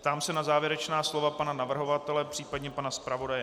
Ptám se na závěrečná slova pana navrhovatele, případně pana zpravodaje.